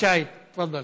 נחמן שי, תפדל.